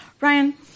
Ryan